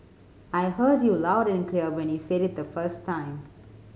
I heard you loud and clear when you said it the first time